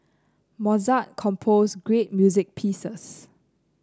Mozart composed great music pieces